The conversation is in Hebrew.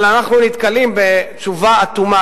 אבל אנחנו נתקלים בתשובה אטומה,